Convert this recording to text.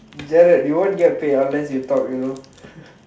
Gerald you won't get paid unless you talk you know